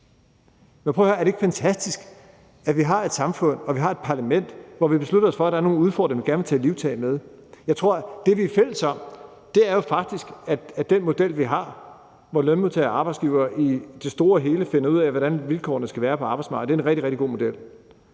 er det ikke fantastisk, at vi har et samfund og vi har et parlament, hvor vi beslutter os for, at der er nogle udfordringer, vi gerne vil tage livtag med. Det, vi er fælles om, er jo faktisk, at den model, vi har, hvor lønmodtagere og arbejdsgivere i det store og hele finder ud af, hvordan vilkårene skal være på arbejdsmarkedet, er en rigtig, rigtig god model.